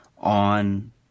on